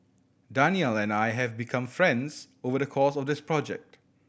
Danial and I have become friends over the course of this project